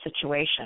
situation